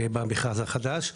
במכרז החדש.